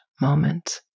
moment